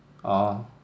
orh